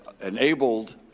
enabled